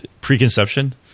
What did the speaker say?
preconception